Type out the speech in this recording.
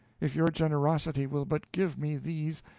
if your generosity will but give me these,